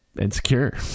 insecure